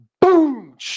boom